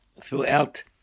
throughout